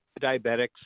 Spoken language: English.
diabetics